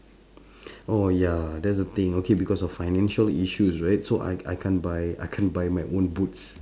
oh ya that's the thing because of financial issues right so I I can't buy I can't buy my own boots